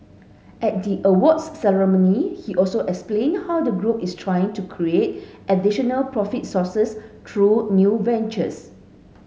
at the awards ceremony he also explained how the group is trying to create additional profit sources through new ventures